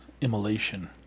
immolation